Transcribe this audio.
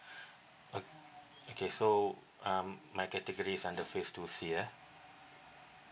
o~ okay so um my categories are the phase two C ya